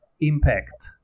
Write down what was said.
impact